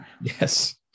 yes